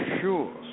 sure